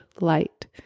light